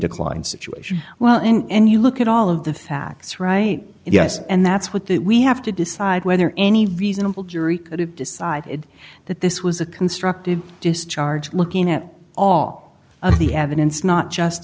declined situation well and you look at all of the facts right yes and that's what that we have to decide whether any reasonable jury could have decided that this was a constructive discharge looking at all of the evidence not just